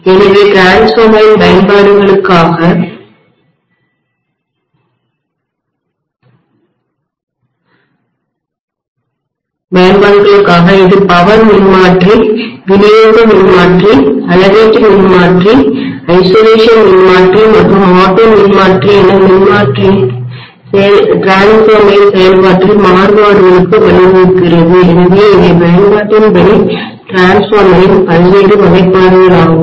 எனவே மின்மாற்றியின்டிரான்ஸ்ஃபார்மரின் பயன்பாடுகளுக்காக இது பவர் மின்மாற்றி விநியோக மின்மாற்றி அளவீட்டு மின்மாற்றி தனிமை ஐசொலேஷன் மின்மாற்றி மற்றும் ஆட்டோ மின்மாற்றி என மின்மாற்றியின்டிரான்ஸ்ஃபார்மரின் செயல்பாட்டில் மாறுபாடுகளுக்கு வழிவகுக்கிறது எனவே இவை பயன்பாட்டின் படி மின்மாற்றியின்டிரான்ஸ்ஃபார்மரின் பல்வேறு வகைப்பாடுகளாகும்